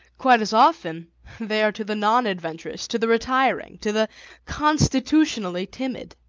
quite as often they are to the non-adventurous, to the retiring, to the constitutionally timid.